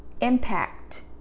impact